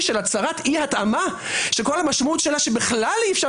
של הצהרת אי התאמה שכל המשמעות שלה שבכלל אי אפשר